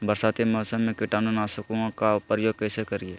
बरसाती मौसम में कीटाणु नाशक ओं का प्रयोग कैसे करिये?